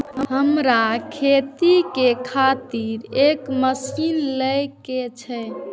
हमरा खेती के खातिर एक मशीन ले के छे?